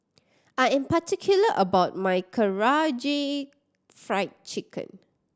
I am particular about my Karaage Fried Chicken